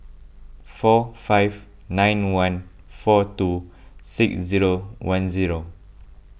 four five nine one four two six zero one zero